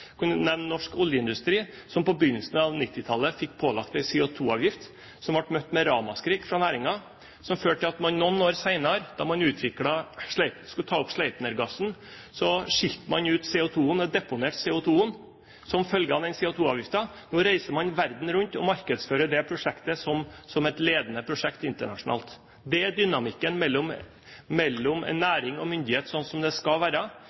nevne norsk oljeindustri, som på begynnelsen av 1990-tallet ble pålagt en CO2-avgift, som ble møtt med ramaskrik fra næringen, men som førte til at man noen år senere da man skulle ta opp Sleipner-gassen, skilte ut CO2-en og deponerte CO2-en som følge av den CO2-avgiften. Nå reiser man verden rundt og markedsfører det prosjektet som et ledende prosjekt internasjonalt. Det er dynamikken mellom næring og myndighet sånn som det skal være.